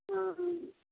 हँ हँ